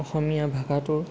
অসমীয়া ভাষাটোৰ